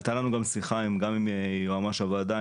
הייתה לנו שיחה גם עם היועץ המשפטי של הוועדה,